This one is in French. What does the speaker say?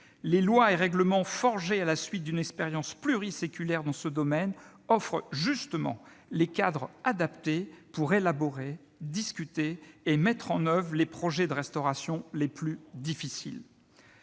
les lois et règlements forgés à la suite d'une expérience pluriséculaire dans ce domaine offrent justement les cadres adaptés pour élaborer, discuter et mettre en oeuvre les projets de restauration les plus difficiles.